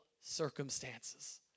circumstances